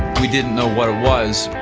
we didn't know what it was,